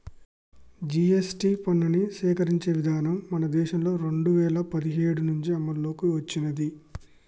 GST పన్నుని సేకరించే విధానం మన దేశంలో రెండు వేల పదిహేడు నుంచి అమల్లోకి వచ్చినాది